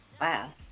Wow